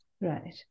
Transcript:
Right